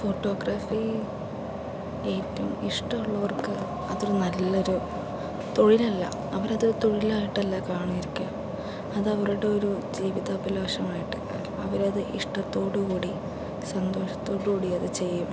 photography ഏറ്റവും ഇഷ്ടമുള്ളവർക്ക് അതൊരു നല്ലൊരു തൊഴിലല്ല അവരത് തൊഴിലായിട്ടല്ല കണ്ടിരിക്കുക അത് അവരുടെ ഒരു ജീവിത അഭിലാഷമായിട്ട് അവരത് ഇഷ്ടത്തോടുകൂടി സന്തോഷത്തോട് കൂടിയത് ചെയ്യും